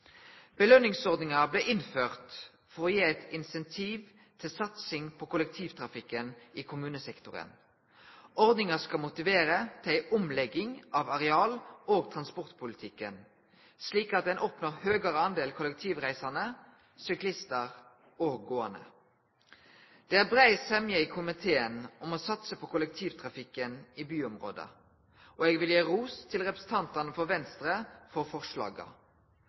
Belønningsordninga blei innført for å gi eit incentiv til satsing på kollektivtrafikken i kommunesektoren. Ordninga skal motivere til ei omlegging av areal- og transportpolitikken, slik at ein oppnår at det blir fleire kollektivreisande, syklistar og gåande. Det er brei semje i komiteen om å satse på kollektivtrafikken i byområda, og eg vil gi ros til representantane frå Venstre for forslaga.